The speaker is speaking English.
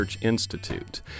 Institute